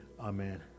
amen